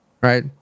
Right